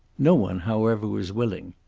no one, however, was willing.